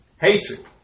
Hatred